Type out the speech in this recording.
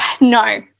No